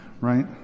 right